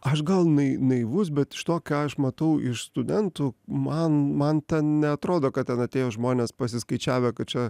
aš gal nai naivus bet iš to ką aš matau iš studentų man man neatrodo kad ten atėjo žmonės pasiskaičiavę kad čia